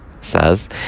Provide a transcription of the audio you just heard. says